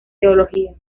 teología